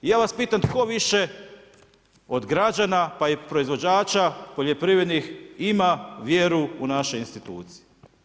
I ja vas pitam, tko više, od građana, pa i od proizvođača poljoprivrednih ima vjeru u naše institucije?